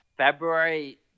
February